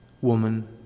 Woman